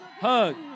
hug